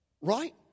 right